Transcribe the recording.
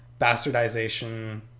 bastardization